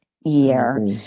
year